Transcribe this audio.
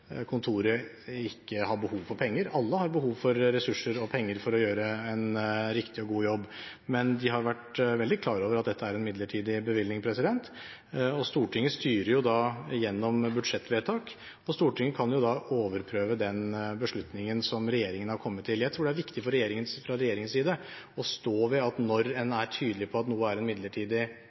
kontoret ikke har behov for penger, alle har behov for ressurser og penger for å gjøre en riktig og god jobb, men de har vært veldig klar over at dette er en midlertidig bevilgning. Stortinget styrer gjennom budsjettvedtak, og Stortinget kan overprøve den beslutningen som regjeringen har kommet til. Jeg tror det er viktig fra regjeringens side å stå ved at når en er tydelig på at noe er en midlertidig